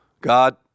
God